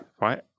right